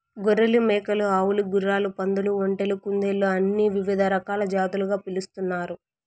గొర్రెలు, మేకలు, ఆవులు, గుర్రాలు, పందులు, ఒంటెలు, కుందేళ్ళు అని వివిధ రకాల జాతులుగా పిలుస్తున్నారు